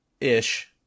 ish